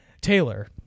Taylor